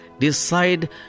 Decide